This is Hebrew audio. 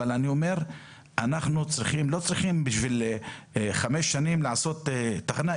אבל אנחנו לא צריכים חמש שנים כדי לעשות תחנה.